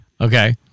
Okay